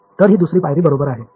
तर ही दुसरी पायरी बरोबर आहे